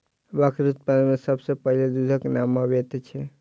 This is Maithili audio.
बकरी उत्पाद मे सभ सॅ पहिले दूधक नाम अबैत छै